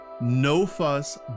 no-fuss